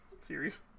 series